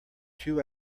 two